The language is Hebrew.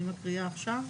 אני מקריאה עכשיו.